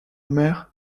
mère